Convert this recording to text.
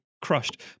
crushed